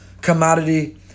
Commodity